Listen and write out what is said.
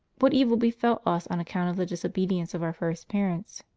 what evil befell us on account of the disobedience of our first parents?